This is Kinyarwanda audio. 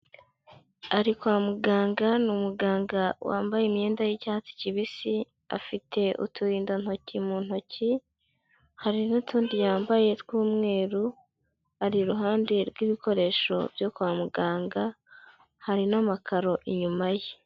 Ari kwa muganga ni umuganga wambaye imyenda y'icyatsi kibisi, afite uturindantoki mu ntoki, hari n'utundi yambaye tw'umweru, ari iruhande rw'ibikoresho byo kwa muganga, hari n'amakaro inyuma ye.